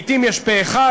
לעתים יש פה-אחד,